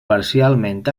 parcialment